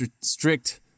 strict